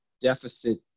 deficit